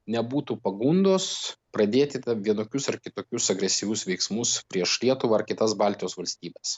nebūtų pagundos pradėti vienokius ar kitokius agresyvius veiksmus prieš lietuvą ar kitas baltijos valstybes